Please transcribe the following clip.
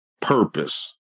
purpose